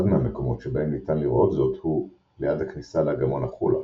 אחד מהמקומות שבהם ניתן לראות זאת הוא ליד הכניסה לאגמון החולה,